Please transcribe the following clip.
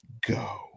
go